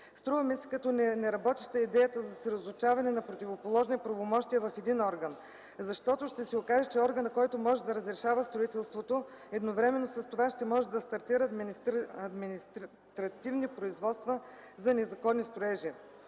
Струва ми се като неработеща идеята за съсредоточаване на противоположни правомощия в един орган, защото ще се окаже, че органът, който може да разрешава строителството, едновременно с това ще може да стартира административни производства за незаконни строежи.